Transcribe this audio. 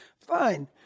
fine